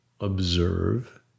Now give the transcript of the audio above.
observe